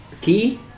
Key